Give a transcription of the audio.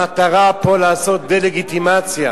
המטרה פה לעשות דה-לגיטימציה,